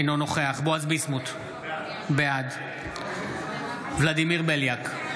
אינו נוכח בועז ביסמוט, בעד ולדימיר בליאק,